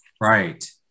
Right